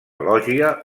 lògia